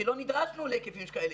כי לא נדרשנו להיקפים שכאלה.